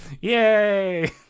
Yay